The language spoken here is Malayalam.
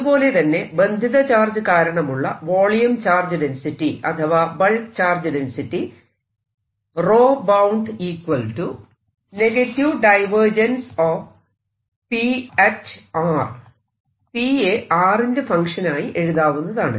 അതുപോലെതന്നെ ബന്ധിത ചാർജ് കാരണമുള്ള വോളിയം ചാർജ് ഡെൻസിറ്റി അഥവാ ബൾക്ക് ചാർജ് ഡെൻസിറ്റി P യെ r ന്റെ ഫങ്ക്ഷൻ ആയി എഴുതാവുന്നതാണ്